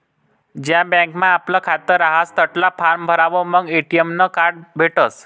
ज्या बँकमा आपलं खातं रहास तठला फार्म भरावर मंग ए.टी.एम नं कार्ड भेटसं